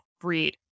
breed